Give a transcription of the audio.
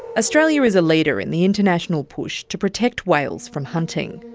australia is a leader in the international push to protect whales from hunting.